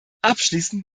abschließend